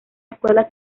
escuela